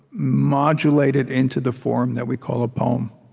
modulate it into the form that we call a poem,